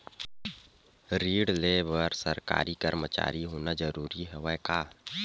ऋण ले बर सरकारी कर्मचारी होना जरूरी हवय का?